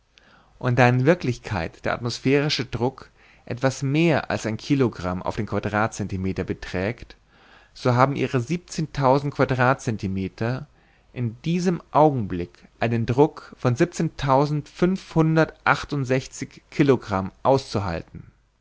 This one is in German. und da in wirklichkeit der atmosphärische druck etwas mehr als ein kilogramm auf den quadratcentimeter beträgt so haben ihre siebenzehntausend quadratcentimeter in diesem augenblick einen druck von siebenzehntausendfünfhundertachtundsechzig kilogramm auszuhalten